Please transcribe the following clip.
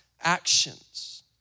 actions